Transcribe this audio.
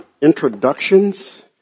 introductions